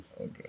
Okay